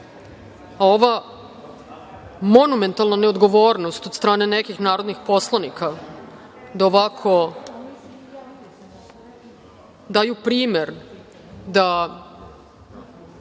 Ova monumentalna neodgovornost od strane nekih narodnih poslanika, da ovako daju primer da